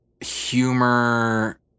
Humor